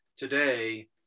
today